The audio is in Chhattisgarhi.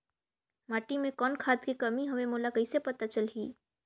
माटी मे कौन खाद के कमी हवे मोला कइसे पता चलही?